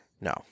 No